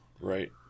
Right